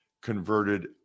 converted